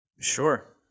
Sure